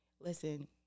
listen